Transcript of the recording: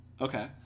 Okay